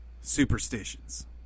superstitions